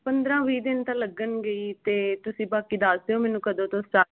ਪੰਦਰ੍ਹਾਂ ਵੀਹ ਦਿਨ ਤਾਂ ਲੱਗਣਗੇ ਹੀ ਅਤੇ ਤੁਸੀਂ ਬਾਕੀ ਦੱਸ ਦਿਉ ਮੈਨੂੰ ਕਦੋਂ ਤੋਂ ਸਟਾ